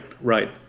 right